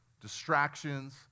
distractions